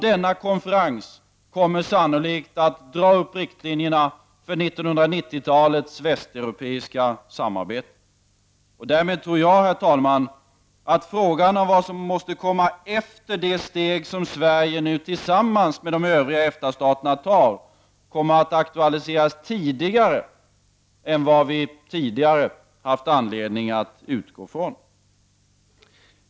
Denna konferens kommer sannolikt att dra upp riktlinjerna för 1990-talets västeuropeiska samarbete. Därmed tror jag att frågan om vad som måste komma efter det steg som Sverige nu tillsammans med övriga EFTA-stater tar kommer att aktualiseras tidigare än vad vi hitintills haft anledning att utgå från.